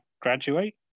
graduate